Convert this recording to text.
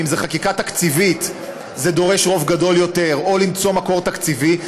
אם זו חקיקה תקציבית זה דורש רוב גדול יותר או למצוא מקור תקציבי,